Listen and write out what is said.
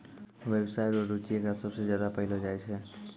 व्यवसाय रो रुचि एकरा सबसे ज्यादा पैलो जाय छै